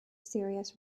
serious